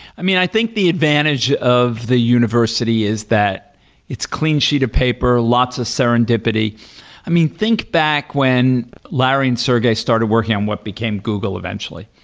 i mean, i think the advantage of the university is that it's clean sheet of paper, lots of serendipity i mean, think back when larry and sergey started working on what became google eventually,